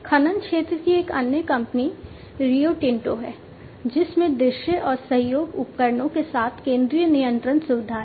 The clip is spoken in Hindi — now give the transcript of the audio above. खनन क्षेत्र की एक अन्य कंपनी रियो टिंटो है जिसमें दृश्य और सहयोग उपकरणों के साथ केंद्रीय नियंत्रण सुविधा है